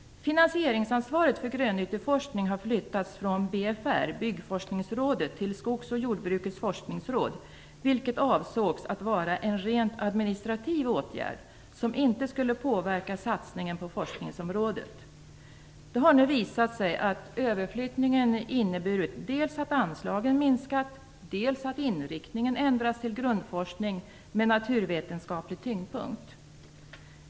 Finansieringsansvaret för grönyteforskning har flyttats från BFR, Byggforskningsrådet, till Skogsoch jordbrukets forskningsråd, vilket avsågs vara en rent administrativ åtgärd som inte skulle påverka satsningen på forskningsområdet. Det har nu visat sig att överflyttningen inneburit dels att anslagen minskat, dels att inriktningen ändrats till grundforskning med naturvetenskaplig tyngdpunkt.